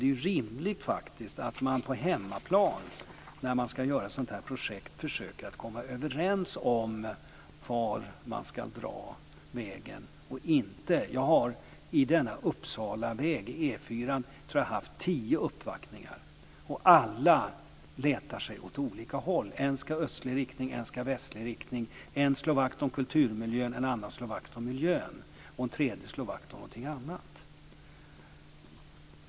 Det är faktiskt rimligt när man ska genomföra ett sådant här projekt att man på hemmaplan försöker komma överens om var man ska dra vägen. Jag tror att jag med anledning av denna Uppsalaväg, E 4:an, har haft tio uppvaktningar. Alla letar sig åt olika håll. En ska ha östlig riktning, en ska ha västlig riktning, en slår vakt om kulturmiljön, en annan slår vakt om miljön och en tredje slår vakt om någonting annat.